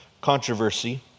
controversy